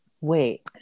Wait